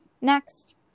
Next